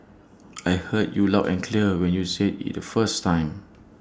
I heard you loud and clear when you said IT the first time